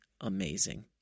amazing